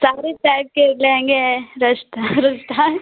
सारे टाइप के लहेंगे हैं रशदार ओसदार